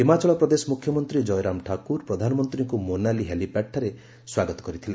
ହିମାଚଳ ପ୍ରଦେଶ ମୁଖ୍ୟମନ୍ତ୍ରୀ ଜୟରାମ ଠାକୁର ପ୍ରଧାନମନ୍ତ୍ରୀଙ୍କୁ ମୋନାଲି ହେଲିପ୍ୟାଡ୍ଠାରେ ସ୍ୱାଗତ କରିଥିଲେ